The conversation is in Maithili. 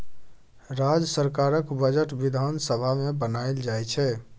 राज्य सरकारक बजट बिधान सभा मे बनाएल जाइ छै